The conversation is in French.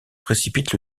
précipite